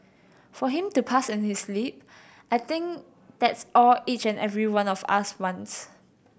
for him to pass in his sleep I think that's all each and every one of us wants